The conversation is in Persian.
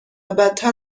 بدتر